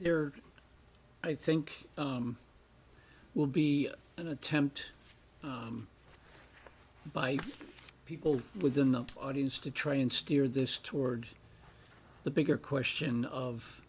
there i think will be an attempt by people within the audience to try and steer this toward the bigger question of